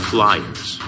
Flyers